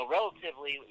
Relatively